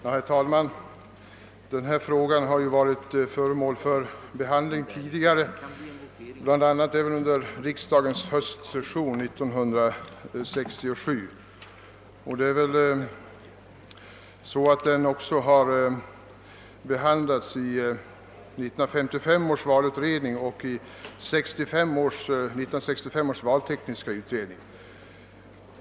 Herr talman! Den här frågan har varit föremål för behandling tidigare, bl.a. under riksdagens höstsession 1967. Den har också behandlats i 1955 års valutredning och i 1965 års valtekniska utredning.